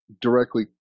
directly